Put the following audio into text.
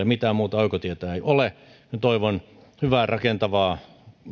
mitään oikotietä ei ole toivon hyvää rakentavaa